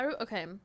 okay